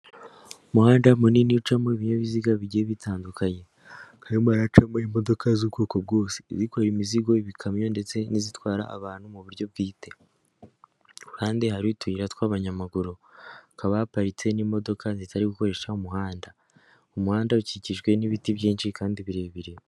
Umuhanda munini ucamo ibinyabiziga bigiye bitandukanye, harimo haracamo imodoka z'ubwokose, izikoreye imizigo, ibikamyo ndetse n'izitwara abantu mu buryo bwite, ahandi hariho utuyira tw'abanyamaguru, hakaba haparitse n'imodoka zitari gukoresha umuhanda, umuhanda ukikijwe n'ibiti byinshi kandi birebire.